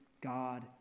God